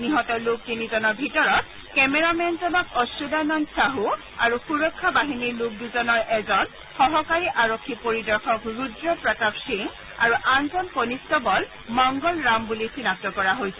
নিহত লোক তিনিজনৰ ভিতৰত কেমেৰামেনজনক অচ্যুতানন্দ চাহু আৰু সুৰক্ষা বাহিনীৰ লোক দুজনৰ এজন সহকাৰী আৰক্ষী পৰিদৰ্শক ৰুদ্ৰ প্ৰতাপ সিং আৰু আনজন কনিষ্টবল মংগল ৰাম বুলি চিনাক্ত কৰা হৈছে